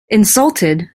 insulted